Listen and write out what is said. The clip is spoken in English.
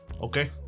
Okay